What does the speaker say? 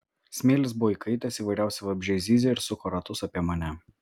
smėlis buvo įkaitęs įvairiausi vabzdžiai zyzė ir suko ratus apie mane